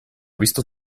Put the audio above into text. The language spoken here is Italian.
visto